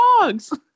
dogs